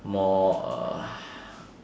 more uh